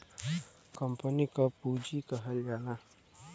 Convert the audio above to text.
company क पुँजी कहल जाला